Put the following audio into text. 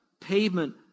pavement